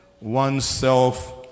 oneself